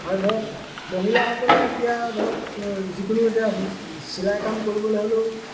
আৰু ধৰক মহিলাসকলে এতিয়া ধৰক যিকোনো এতিয়া চিলাই কাম কৰিবলৈ হ'লেও